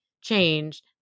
change